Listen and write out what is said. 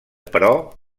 però